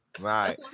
right